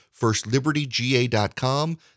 Firstlibertyga.com